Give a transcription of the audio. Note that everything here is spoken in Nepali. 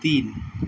तिन